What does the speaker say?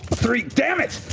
three. damn it!